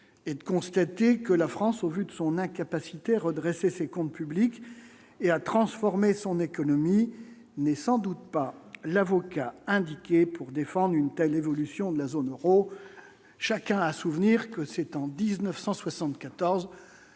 est de constater que la France au vu de son incapacité à redresser ses comptes publics et à transformer son économie n'est sans doute pas l'avocat indiqué pour défendre une telle évolution de la zone Euro, chacun a souvenir que c'est en 1974